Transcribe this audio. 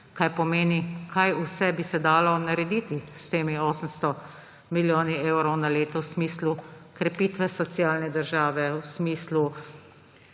kaj pomeni, kaj vse bi se dalo narediti s temi 800 milijoni evrov na leto v smislu krepitve socialne države, v smislu